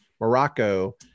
Morocco